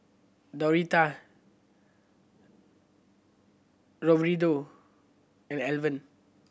Doretta Roberto and Alvan